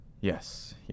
Yes